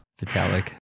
Vitalik